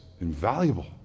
invaluable